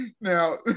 now